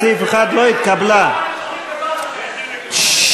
אני לא יכול לעזור לחברי הכנסת שטעו.